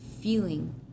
feeling